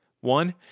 One